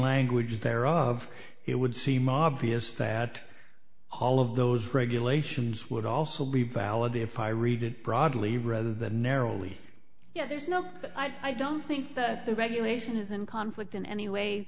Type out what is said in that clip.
language there of it would seem obvious that all of those regulations would also be valid if i read it broadly rather than narrowly you know there's no i don't think that the regulation is in conflict in any way